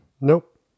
Nope